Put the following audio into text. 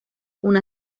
una